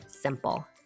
simple